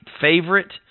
favorite